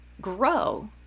grow